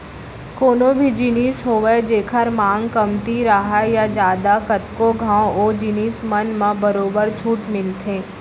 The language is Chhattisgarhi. कोनो भी जिनिस होवय जेखर मांग कमती राहय या जादा कतको घंव ओ जिनिस मन म बरोबर छूट मिलथे